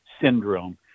syndrome